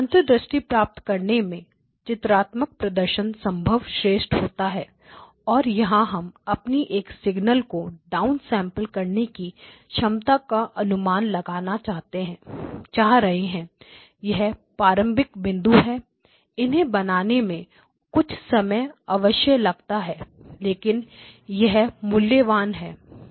अंतर्दृष्टि प्राप्त करने में चित्रात्मक प्रदर्शन संभवत श्रेष्ठ होता है और यहां हम अपनी एक सिग्नल को डाउनसेंपल करने की क्षमता का अनुमान लगाना चाह रहे हैं यह प्रारंभिक बिंदु है इन्हें बनाने में कुछ समय अवश्य लगता है लेकिन यह मूल्यवान है